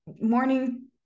morning